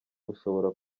ushobora